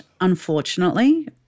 unfortunately